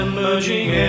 Emerging